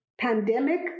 pandemic